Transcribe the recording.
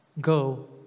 go